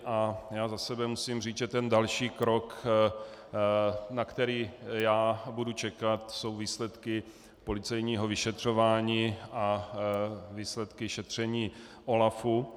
A za sebe musím říct, že další krok, na který já budu čekat, jsou výsledky policejního vyšetřování a výsledky šetření OLAFu.